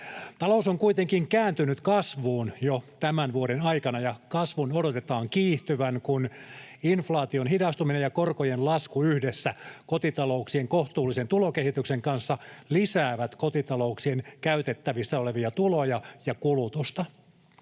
Talous on kuitenkin kääntynyt kasvuun jo tämän vuoden aikana, ja kasvun odotetaan kiihtyvän, kun inflaation hidastuminen ja korkojen lasku yhdessä kotitalouksien kohtuullisen tulokehityksen kanssa lisäävät kotitalouksien käytettävissä olevia tuloja ja kulutusta.